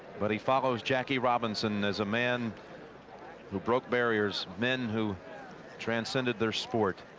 but he follows jackie robinson is a man who broke barriers. men who transcended their sport.